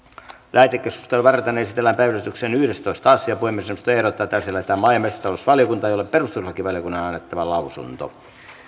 lähetekeskustelua varten esitellään päiväjärjestyksen yhdestoista asia puhemiesneuvosto ehdottaa että asia lähetetään maa ja metsätalousvaliokuntaan jolle perustuslakivaliokunnan on annettava lausunto